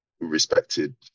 respected